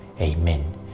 Amen